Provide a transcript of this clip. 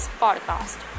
podcast